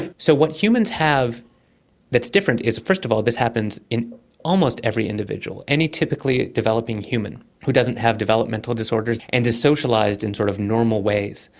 and so what humans have that's different is first of all this happens in almost every individual. any typically developing human who doesn't have developmental disorders and is socialised in sort of normal ways,